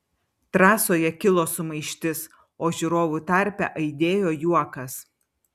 trasoje kilo sumaištis o žiūrovų tarpe aidėjo juokas